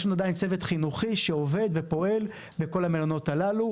יש לנו עדיין צוות חינוכי שעובד ופועל בכל המלונות הללו.